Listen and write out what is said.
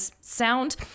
sound